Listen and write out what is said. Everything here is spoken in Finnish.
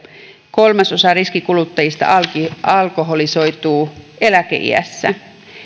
kolmasosa riskikuluttajista alkoholisoituu eläkeiässä